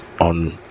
on